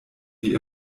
wie